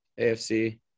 AFC